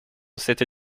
cette